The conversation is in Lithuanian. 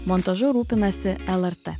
montažu rūpinasi lrt